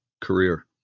career